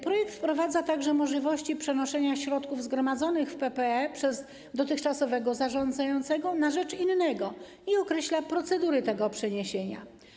Projekt wprowadza również możliwość przenoszenia środków zgromadzonych w PPE przez dotychczasowego zarządzającego na rzecz innego i określa procedury tego przeniesienia.